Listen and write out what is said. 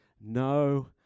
No